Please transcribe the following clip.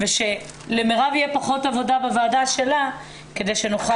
ושלמרב מיכאלי יהיה פחות עבודה בוועדה שלה ונוכל